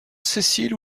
cécile